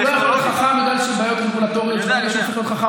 אבל הוא לא יכול להיות חכם בגלל בעיות רגולטוריות: ברגע שהוא כרטיס חכם,